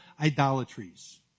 idolatries